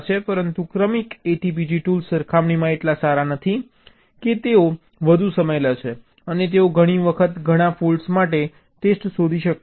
પરંતુ ક્રમિક ATPG tools સરખામણીમાં એટલા સારા નથી કે તેઓ વધુ સમય લે છે અને તેઓ ઘણી વખત ઘણા ફોલ્ટ્સ માટે ટેસ્ટ શોધી શકતા નથી